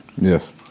Yes